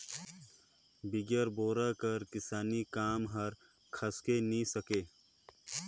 बिगर बोरा कर किसानी काम हर खसके नी सके